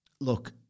look